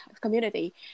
community